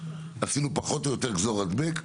עשינו פחות או יותר גזור הדבק,